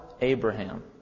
Abraham